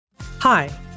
Hi